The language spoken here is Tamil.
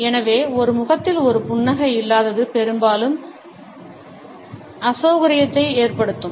எனவே ஒரு முகத்தில் ஒரு புன்னகை இல்லாதது பெரும்பாலும் அச on கரியத்தை ஏற்படுத்தும்